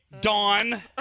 dawn